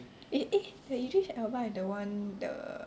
eh eh the Idris Elba is the one the